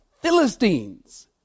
Philistines